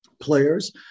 Players